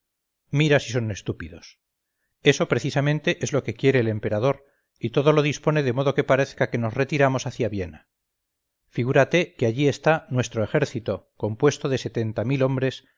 son estúpidos eso precisamente es lo que quiere el emperador y todo lo dispone de modo que parezca que nos retiramos hacia viena figúrate que aquí está nuestro ejército compuesto de setenta mil hombres